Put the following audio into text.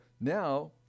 now